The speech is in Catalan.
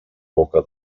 boca